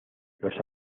los